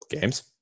Games